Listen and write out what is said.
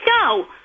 No